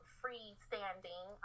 freestanding